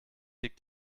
liegt